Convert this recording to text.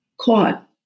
caught